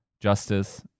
Justice